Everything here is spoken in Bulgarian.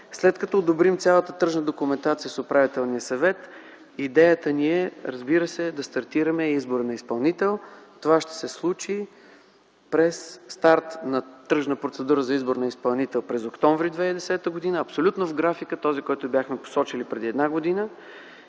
След като одобрим цялата тръжна документация с управителния съвет, идеята ни, разбира се, е да стартираме и избор на изпълнител. Това ще се случи при старт на тръжна процедура за избор на изпълнител през октомври 2010 г. абсолютно с графика, който бяхме посочили преди една година,